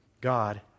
God